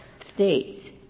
states